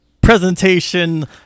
presentation